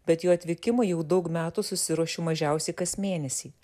bet jo atvykimui jau daug metų susiruošiu mažiausiai kas mėnesį